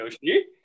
yoshi